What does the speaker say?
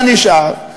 מה נשאר?